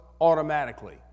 automatically